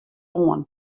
oan